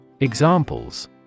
Examples